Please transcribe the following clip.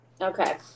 Okay